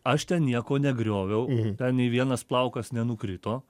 aš ten nieko negrioviau ten nei vienas plaukas nenukrito